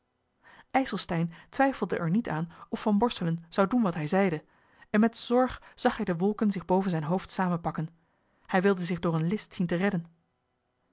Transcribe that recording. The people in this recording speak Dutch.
ijselstein twijfelde er niet aan of van borselen zou doen wat hij zeide en met zorg zag hij de wolken zich boven zijn hoofd samenpakken hij wilde zich door eene list zien te redden